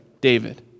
David